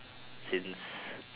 since